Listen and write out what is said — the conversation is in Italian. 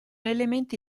elementi